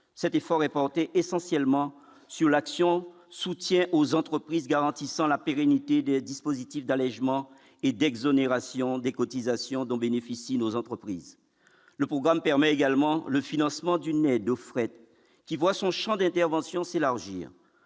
cet effort est porté essentiellement sur l'action, soutien aux entreprises, garantissant la pérennité des dispositifs d'allégement et d'exonération des cotisations dont bénéficient nos entreprises le programme permet également le financement d'une navette de fret qui voit son Champ d'intervention s'élargir,